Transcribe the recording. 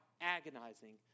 agonizing